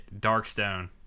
Darkstone